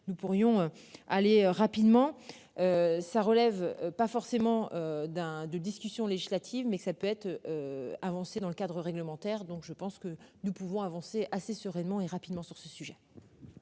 nous pourrions aller rapidement. Ça relève pas forcément d'un de discussion législative mais que ça peut être. Avancé dans le cadre réglementaire, donc je pense que nous pouvons avancer assez sereinement et rapidement sur ce sujet.